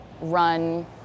run